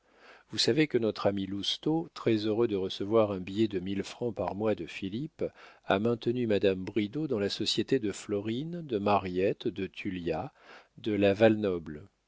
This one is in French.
vous savez que notre ami lousteau très-heureux de recevoir un billet de mille francs par mois de philippe a maintenu madame bridau dans la société de florine de mariette de tullia de la val-noble